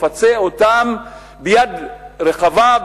תפצה אותם ביד רחבה,